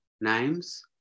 names